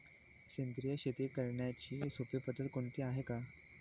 सेंद्रिय शेती करण्याची सोपी पद्धत कोणती आहे का?